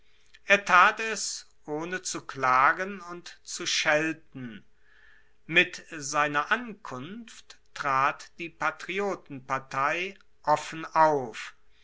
er tat es ohne zu klagen und zu schelten mit seiner ankunft trat die patriotenpartei offen auf